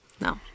No